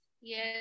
yes